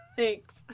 Thanks